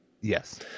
Yes